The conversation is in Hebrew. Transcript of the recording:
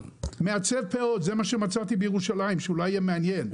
זה מה שמצאתי בירושלים שאולי יהיה מעניין.